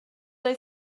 oedd